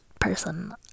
person